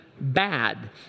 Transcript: bad